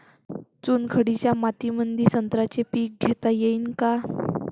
चुनखडीच्या मातीमंदी संत्र्याचे पीक घेता येईन का?